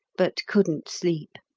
but couldn't sleep.